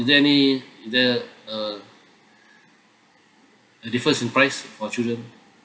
is there any is there uh difference in price for children